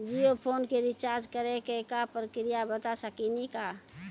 Jio phone के recharge करे के का प्रक्रिया बता साकिनी का?